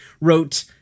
wrote